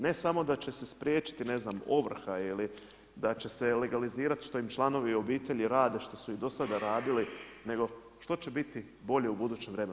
Ne samo da će se spriječiti ovrha ili da će legalizirati što im članovi obitelji rade što su i do sada radili nego što će biti bolje u budućem vremenu.